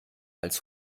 als